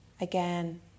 again